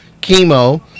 chemo